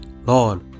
lord